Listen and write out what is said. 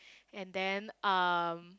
and then um